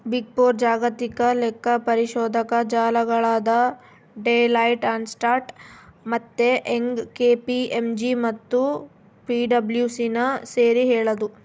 big four ಜಾಗತಿಕ ಲೆಕ್ಕಪರಿಶೋಧಕ ಜಾಲಗಳಾದ ಡೆಲಾಯ್ಟ್, ಅರ್ನ್ಸ್ಟ್ ಮತ್ತೆ ಯಂಗ್, ಕೆ.ಪಿ.ಎಂ.ಜಿ ಮತ್ತು ಪಿಡಬ್ಲ್ಯೂಸಿನ ಸೇರಿ ಹೇಳದು